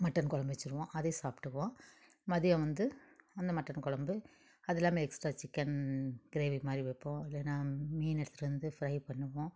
mutton குலம்பு வச்சிடுவோம் அதே சாப்பிட்டுக்குவோம் மதியம் வந்து அந்த மட்டன் குலம்பு அது இல்லாமல் எக்ஸ்ட்டா சிக்கன் க்ரேவி மாதிரி வைப்போம் இல்லைனா மீன் எடுத்துட்டு வந்து ஃப்ரை பண்ணுவோம்